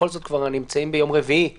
כבר מזהירים אותנו מסגר שלישי,